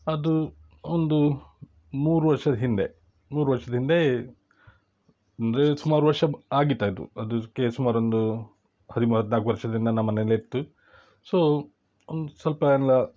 ಅದು ಒಂದು ಮೂರು ವರ್ಷದ ಹಿಂದೆ ಮೂರು ವರ್ಷದ ಹಿಂದೆ ಅಂದರೆ ಸುಮಾರು ವರ್ಷ ಆಗಿತ್ತು ಅದು ಅದಕ್ಕೆ ಸುಮಾರು ಒಂದು ಹದಿಮೂರು ಹದಿನಾಲ್ಕು ವರ್ಷದಿಂದ ನಮ್ಮನೇಲಿ ಇತ್ತು ಸೊ ಒಂದು ಸ್ವಲ್ಪ ಎಲ್ಲ